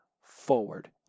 forward